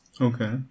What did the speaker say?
Okay